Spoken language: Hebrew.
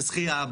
בשחייה,